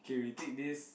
K we take this